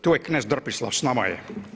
To je knez Drpislav, s nama je.